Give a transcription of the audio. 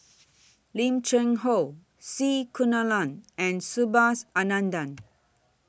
Lim Cheng Hoe C Kunalan and Subhas Anandan